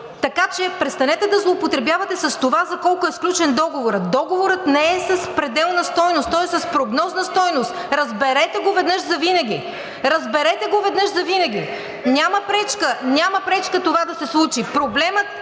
Така че, престанете да злоупотребявате с това за колко е сключен договорът. Договорът не е с пределна стойност, той е с прогнозна стойност. Разберете го веднъж завинаги. Разберете го веднъж завинаги. Няма пречка това да се случи. Проблемът